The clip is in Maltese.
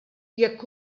jekk